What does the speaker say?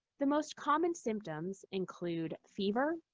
the most common symptoms include fever,